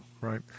right